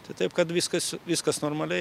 tai taip kad viskas viskas normaliai